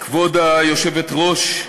כבוד היושבת-ראש,